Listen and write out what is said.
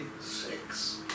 six